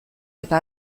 eta